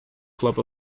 club